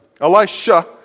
Elisha